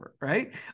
right